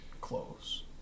close